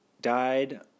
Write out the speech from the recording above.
Died